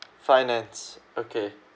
finance okay